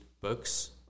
books